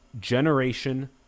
generation